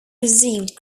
received